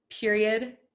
period